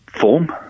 form